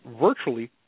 virtually